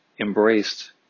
embraced